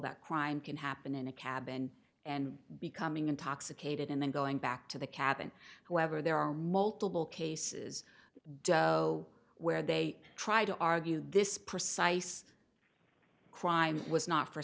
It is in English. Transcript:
that crime can happen in a cabin and becoming intoxicated and then going back to the cabin however there are multiple cases doe where they try to argue this precise crime was not for